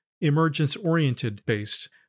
emergence-oriented-based